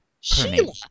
Sheila